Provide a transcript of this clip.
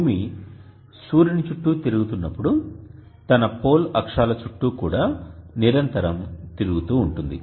భూమి సూర్యుని చుట్టూ తిరుగుతున్నప్పుడు తన పోల్ అక్షాల చుట్టూ కూడా నిరంతరం తిరుగుతూ ఉంటుంది